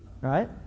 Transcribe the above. Right